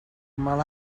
mal